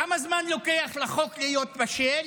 כמה זמן לוקח לחוק להיות בשל?